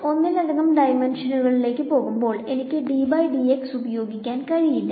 ഞാൻ ഒന്നിലധികം ഡൈമെൻഷനുകളിലേക്ക് പോവുമ്പോൾ എനിക്ക് ഉപയോഗിക്കാൻ കഴിയില്ല